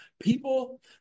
People